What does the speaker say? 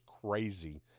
crazy